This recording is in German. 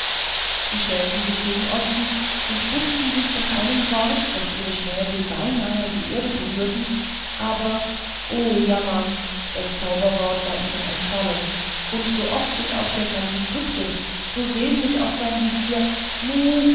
sie stellten sich gegen osten und bückten sich in einem fort daß ihre schnäbel beinahe die erde berührten aber o jammer das zauberwort war ihnen entfallen und sooft sich auch der kalife bückte so sehnlich auch sein vezier mu